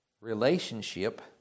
relationship